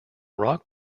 rock